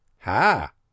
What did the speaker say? Ha